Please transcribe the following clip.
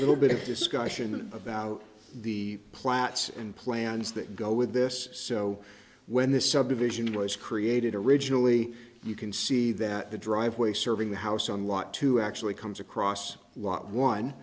little bit of discussion about the platts and plans that go with this so when this subdivision was created originally you can see that the driveway serving the house on lot to actually comes across